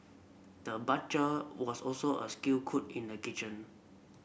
the butcher was also a skilled cook in a kitchen